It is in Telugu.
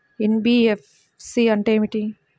ఎన్.బీ.ఎఫ్.సి అంటే ఏమిటి?